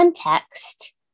context